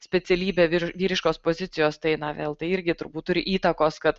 specialybė vyr vyriškos pozicijos tai na vėl tai irgi turbūt turi įtakos kad